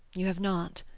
you have not.